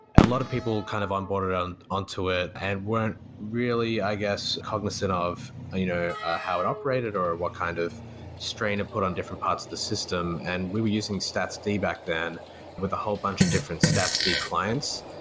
a lot of people kind of on-boarded on on to it and weren't really, i guess, cognizant of you know ah how it operated or what kind of strain to put on different parts of the system, and we were using statsd back then with a whole bunch of different statsd clients,